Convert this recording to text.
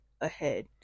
ahead